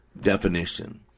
definition